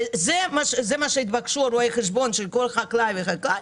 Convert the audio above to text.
וזה מה שהתבקשו לעשות רואי החשבון של כל חקלאי וחקלאי,